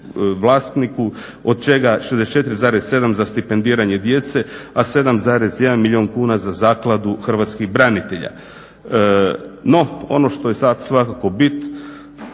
od čega 64,7 za stipendiranje djece, a 7,1 milijun kuna za Zakladu hrvatskih branitelja. No ono što je svakako bit